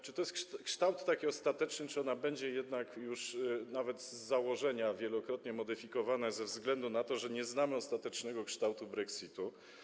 Czy to jest ostateczny kształt, czy ona będzie jednak już nawet z założenia wielokrotnie modyfikowana ze względu na to, że nie znamy ostatecznego kształtu brexitu?